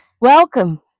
welcome